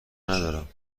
ندارم